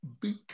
big